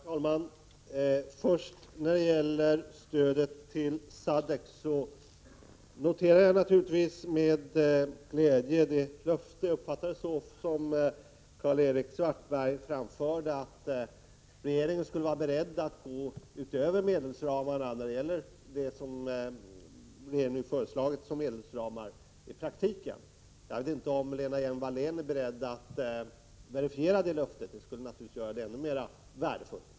Herr talman! När det gäller stödet till SADCC noterar jag naturligtvis med glädje det löfte — jag uppfattar det som ett sådant — som Karl-Erik Svartberg gav att regeringen i praktiken skulle vara beredd att gå utöver de föreslagna medelsramarna. Jag vet inte om Lena Hjelm-Wallén är beredd att verifiera det löftet — det skulle naturligtvis göra det ännu mer värdefullt.